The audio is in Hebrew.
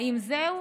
האם זהו?